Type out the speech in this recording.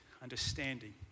Understanding